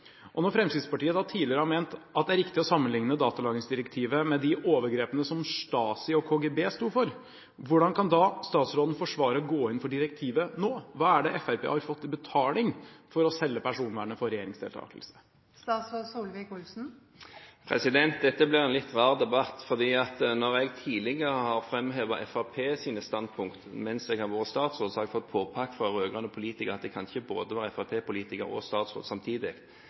Når Fremskrittspartiet tidligere har ment at det er riktig å sammenligne datalagringsdirektivet med de overgrepene som Stasi og KGB sto for, hvordan kan statsråden forsvare å gå inn for direktivet nå? Hva er det Fremskrittspartiet har fått i betaling for å selge personvernet for regjeringsdeltakelse? Dette blir en litt rar debatt, for når jeg tidligere som statsråd har framhevet Fremskrittspartiets standpunkt, har jeg fått påpakning fra rød-grønne politikere om at jeg ikke kan være både fremskrittspartipolitiker og statsråd samtidig.